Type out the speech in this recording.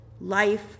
life